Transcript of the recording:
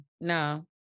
No